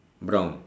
brown